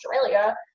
Australia